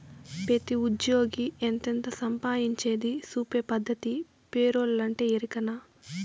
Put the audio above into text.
పెతీ ఉజ్జ్యోగి ఎంతెంత సంపాయించేది సూపే పద్దతే పేరోలంటే, ఎరికనా